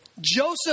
Joseph